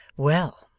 well!